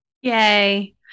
Yay